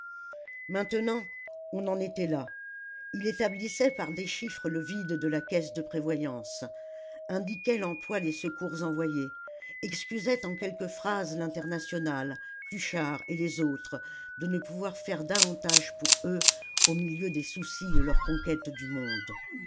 maintenant on en était là il établissait par des chiffres le vide de la caisse de prévoyance indiquait l'emploi des secours envoyés excusait en quelques phrases l'internationale pluchart et les autres de ne pouvoir faire davantage pour eux au milieu des soucis de leur conquête du monde